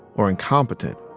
or incompetent,